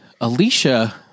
Alicia